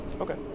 Okay